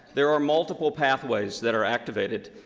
there are multiple pathways that are activated.